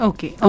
Okay